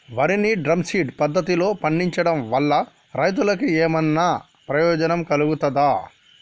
వరి ని drum feed పద్ధతిలో పండించడం వల్ల రైతులకు ఏమన్నా ప్రయోజనం కలుగుతదా?